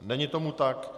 Není tomu tak.